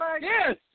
Yes